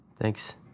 thanks